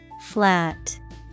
Flat